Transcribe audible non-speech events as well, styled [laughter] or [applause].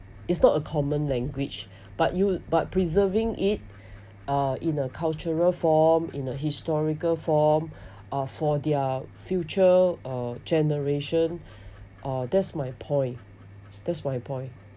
it's not a common language but you but preserving it uh in a cultural form in a historical form uh for their future uh generation [breath] uh that's my point that's my point